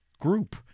group